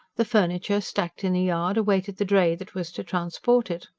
the furniture, stacked in the yard, awaited the dray that was to transport it.